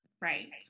Right